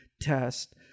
test